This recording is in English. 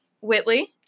Whitley